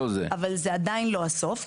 אבל זה עדיין לא הסוף,